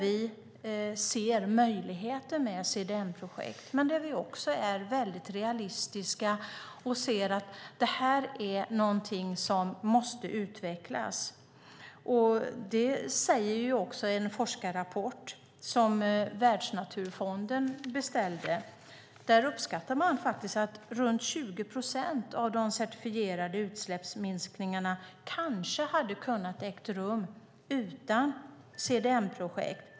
Vi ser möjligheten med CDM-projekt men är också realistiska och ser att detta är något som måste utvecklas. Det säger också en forskarrapport som Världsnaturfonden beställde. Där uppskattar man att runt 20 procent av de certifierade utsläppsminskningarna kanske hade kunnat äga rum utan CDM-projekt.